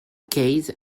case